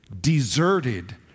deserted